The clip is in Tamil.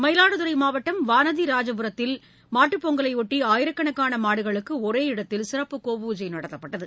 மயிலாடுதுறைமாவட்டம் வானதிராஜபுரத்தில் மாட்டுப்பொங்கலையொட்டி ஆயிரக்கணக்கானமாடுகளுக்குஒரே இடத்தில் சிறப்பு கோ பூஜை நடத்தப்பட்டது